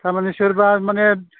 थारमाने सोरबा माने